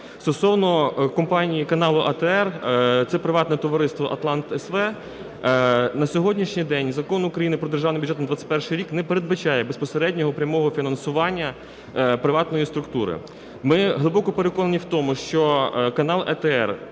Стосовно компанії каналу АТR – це приватне товариство "Атлант-СВ". На сьогоднішній день Закон України "Про Державний бюджет на 2021 рік" не передбачає безпосереднього прямого фінансування приватної структури. Ми глибоко переконані в тому, що канал АТR